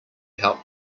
helped